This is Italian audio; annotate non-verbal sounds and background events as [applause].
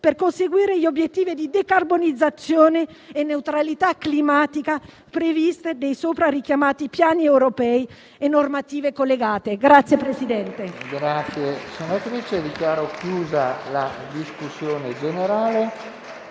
per conseguire gli obiettivi di decarbonizzazione e neutralità climatica previsti dai sopra richiamati piani europei e normative collegate. [applause]